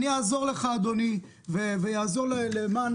ואני אעזור לך, אדוני, ואעזור למען